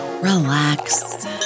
relax